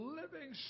living